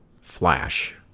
flash